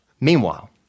Meanwhile